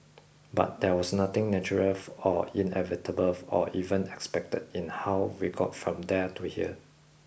but there was nothing natural or inevitable or even expected in how we got from there to here